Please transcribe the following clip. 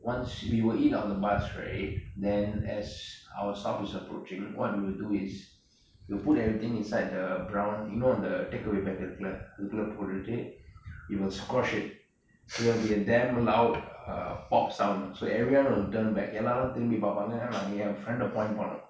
once we will eat on the bus right then as our stop is approaching what we will do is we will put everything inside the brown you know அந்த:antha takeaway bag இருக்குல:irukula athukula pottuttu we will squash it there will be a damn loud uh pop sound so everyone will turn back எல்லாரும் திரும்பி பாப்பாங்க நா என்:ellarum thirumbi paapaanga naa yen friend point பன்னோம்:pannom